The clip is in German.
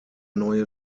neue